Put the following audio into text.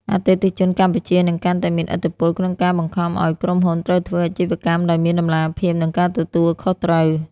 អតិថិជនកម្ពុជានឹងកាន់តែមានឥទ្ធិពល ក្នុងការបង្ខំឱ្យក្រុមហ៊ុនត្រូវធ្វើអាជីវកម្មដោយមាន តម្លាភាព និងការទទួលខុសត្រូវ។